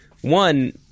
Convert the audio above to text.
one